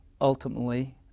ultimately